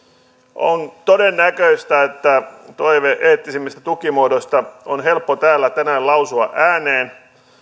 on todennäköistä että toive eettisemmistä tukimuodoista on helppo täällä tänään lausua ääneen